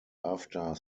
after